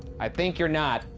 i think you're not.